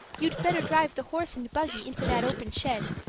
you'd better drive the horse and buggy into that open shed.